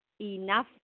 enough